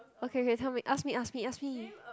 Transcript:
okay okay tell me ask me ask me ask me